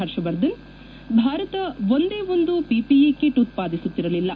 ಹರ್ಷವರ್ಧನ್ ಭಾರತ ಒಂದೇ ಒಂದು PPE kit ಉತ್ಪಾದಿಸುತ್ತಿರಲಿಲ್ಲ